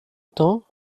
temps